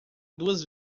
duas